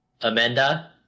Amanda